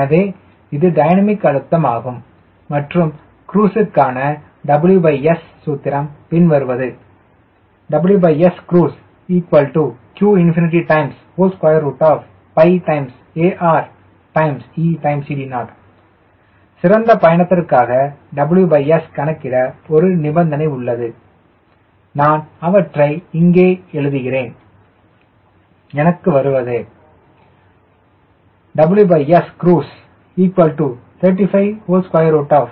எனவே இது டைனமிக் அழுத்தம் ஆகும் மற்றும் குரூஸ் க்கான WS சூத்திரம் பின்வருவது WScruiseqπAReCD0 சிறந்த பயணத்திற்காக WS கணக்கிட ஒரு நிபந்தனை உள்ளது நான் அவற்றை இங்கே எழுதினால் எனக்கு வருவது WScruise35π60